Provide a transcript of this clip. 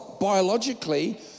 biologically